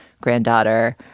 granddaughter